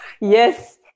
Yes